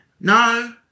No